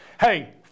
Hey